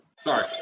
sorry